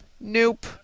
Nope